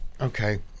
okay